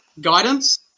Guidance